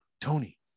Tony